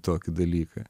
tokį dalyką